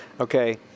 Okay